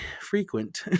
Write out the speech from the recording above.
frequent